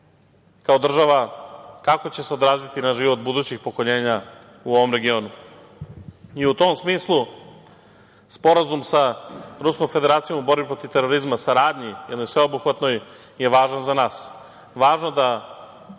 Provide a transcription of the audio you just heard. kao država kako će se odraziti na život budućih pokoljenja u ovom regionu. U tom smislu, Sporazum sa Ruskom Federacijom u borbi protiv terorizma, saradnji jednoj sveobuhvatnoj, je važan za nas. Važno da